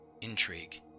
intrigue